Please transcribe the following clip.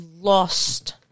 lost